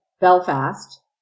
Belfast